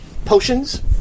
Potions